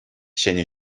ҫӗнӗ